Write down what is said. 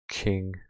king